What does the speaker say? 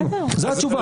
זאת התשובה.